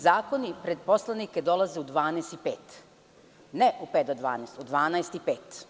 Zakoni pred poslanike dolaze u 12,05, ne u pet do 12,00, u 12,05.